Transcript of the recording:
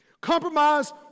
Compromise